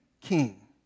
king